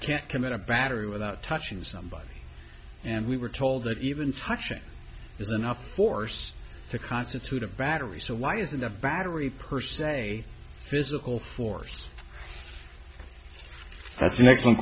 can't commit a battery without touching somebody and we were told that even touching is enough force to constitute a battery so why is it a battery person a physical force that's an excellent